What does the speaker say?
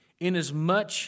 Inasmuch